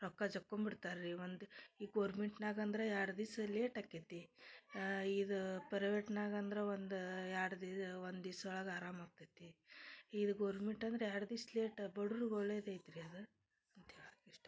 ರೊಕ್ಕ ಚಕ್ಕೊಂಬಿಡ್ತಾರೀ ಮಂದಿ ಈ ಗೋರ್ಮೆಂಟ್ನಾಗಂದರೆ ಎರಡು ದಿವಸ ಲೇಟ್ ಆಕ್ಯೆತ್ತಿ ಇದು ಪ್ರವೇಟ್ನಾಗಂದ್ರೆ ಒಂದು ಎರಡು ದೀ ಒಂದಿವ್ಸ ಒಳಗೆ ಆರಾಮಾಗ್ತೈತಿ ಇದು ಗೋರ್ಮೆಂಟ್ ಅಂದ್ರೆ ಎರಡು ದಿವಸ ಲೇಟ್ ಬಡುವ್ರುಗೆ ಒಳ್ಳೆಯದೈತ್ರಿ ಅದು ಅಂತ್ಹೇಳಕ್ಕೆ ಇಷ್ಟ